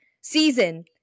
season